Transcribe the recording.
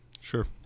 Sure